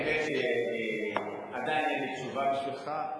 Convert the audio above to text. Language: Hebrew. האמת היא שעדיין אין לי תשובה בשבילך,